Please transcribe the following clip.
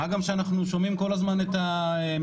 מה גם שאנחנו שומעים כל הזמן את הממשלה,